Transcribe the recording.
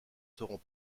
seront